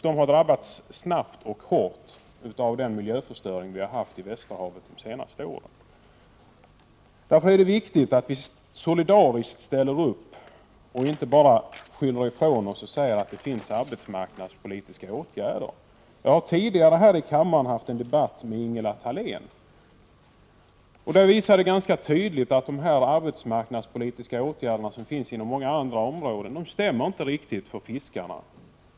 De har drabbats hårt av den miljöförstöring som har skett i Västerhavet de senaste åren. Därför är det viktigt att vi solidariskt ställer upp och inte bara skyller ifrån oss och säger att det har vidtagits arbetsmarknadspolitiska åtgärder. Jag har tidigare här i kammaren haft en debatt med | Ingela Thalén. Den visade ganska tydligt att de arbetsmarknadspolitiska åtgärder som finns på många andra områden inte riktigt gäller för fiskarna.